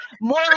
more